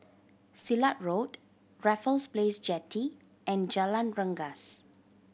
Silat Road Raffles Place Jetty and Jalan Rengas